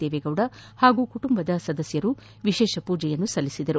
ದೇವೇಗೌಡ ಹಾಗೂ ಕುಟುಂಬ ಸದಸ್ಯರು ವಿಶೇಷ ಪೂಜೆ ಸಲ್ಲಿಸಿದರು